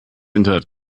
internet